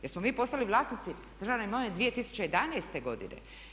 Jesmo mi postali vlasnici državne imovine 2011. godine?